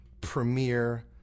premiere